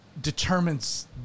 determines